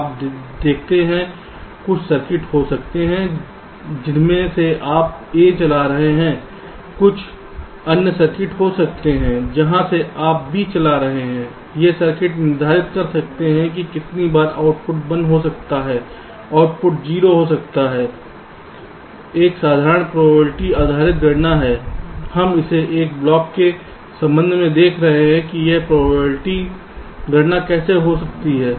आप देखते हैं कुछ सर्किट हो सकते हैं जिनमें से आप A चला रहे हैं कुछ अन्य सर्किट हो सकते हैं जहाँ से आप B चला रहे हैं ये सर्किट निर्धारित कर सकते हैं कि कितनी बार आउटपुट 1 हो सकता है आउटपुट 0 हो सकता है एक साधारण प्रोबेबिलिटी आधारित गणना है हम इसे एक ब्लॉक के संबंध में देख रहे हैं कि यह प्रोबेबिलिटी गणना कैसे की जाती है